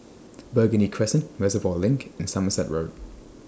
Burgundy Crescent Reservoir LINK and Somerset Road